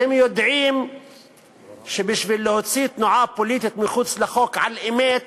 אתם יודעים שבשביל להוציא תנועה פוליטית מחוץ לחוק על-אמת